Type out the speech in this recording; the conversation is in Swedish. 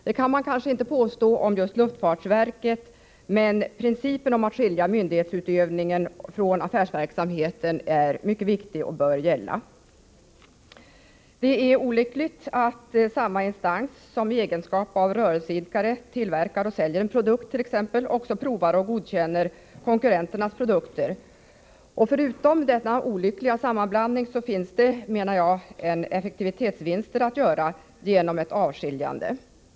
Det kan man kanske inte påstå att just luftfartsverket gör, men principen att skilja myndighetsutövning från affärsverksamhet är mycket viktig och bör gälla. Det är olyckligt att samma instans som i egenskap av rörelseidkare tillverkar och säljer en produkt också provar och godkänner konkurrenternas produkter. Förutom att det är väsentligt att åtgärda denna sammanblandning finns det effektivitetsvinster att göra genom ett avskiljande.